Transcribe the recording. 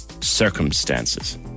circumstances